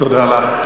תודה לך.